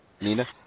Nina